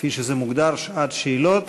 כפי שזה מוגדר: שעת שאלות,